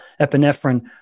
epinephrine